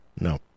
no